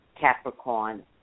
Capricorn